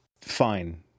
Fine